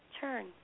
turn